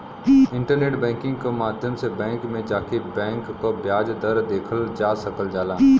internet banking क माध्यम से बैंक में जाके बैंक क ब्याज दर देखल जा सकल जाला